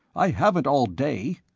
i haven't all day.